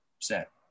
set